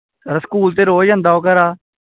sir school ते रोज़ जंदा ओह् घरा दा